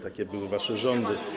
Takie były wasze rządy.